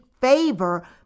favor